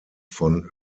von